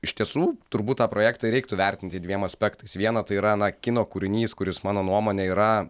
iš tiesų turbūt tą projektą reiktų vertinti dviem aspektais viena tai yra na kino kūrinys kuris mano nuomone yra